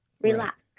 Relax